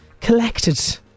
collected